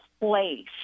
place